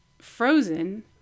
frozen